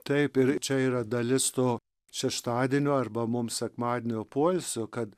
taip ir čia yra dalis to šeštadienio arba mum sekmadienio poilsio kad